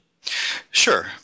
Sure